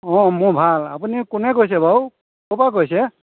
অঁ মোৰ ভাল আপুনি কোনে কৈছে বাৰু কোৰ পৰা কৈছে